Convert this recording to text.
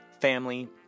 family